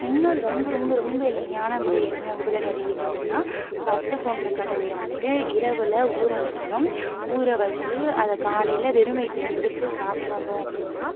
இன்னொரு ரொம்ப ரொம்ப ரொம்ப எளிமையான முறை என்ன உடல் எடைய அதிகரிக்க அப்படின்னா பச்சை கொண்டக்கடலைய வந்துட்டு இரவில் ஊறவச்சிடணும் ஊற வச்சுட்டு அதை காலையில் வெறும் வயிற்றுல எழுந்திரிச்சி சாப்பிட்டு வந்தோம் அப்படின்னா